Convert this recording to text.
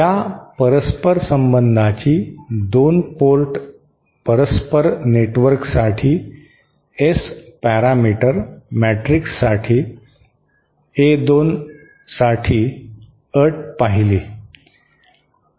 या परस्परसंबंधाची 2 पोर्ट परस्पर नेटवर्कसाठी एस पॅरामीटर मॅट्रिक्ससाठी ए 2 साठी अट पाहिली